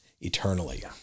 eternally